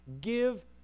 Give